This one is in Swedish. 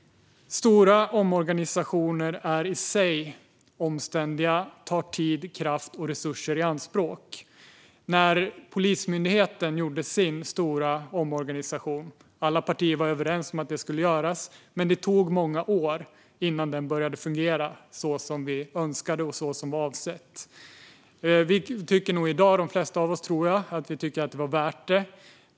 Stora omorganisationer är i sig omständliga och tar tid, kraft och resurser i anspråk. Alla partier var överens om att Polismyndigheten skulle göra sin stora omorganisation, men det tog många år innan den började fungera så som vi önskade och så som det var avsett. Jag tror att de flesta av oss i dag tycker att det var värt det.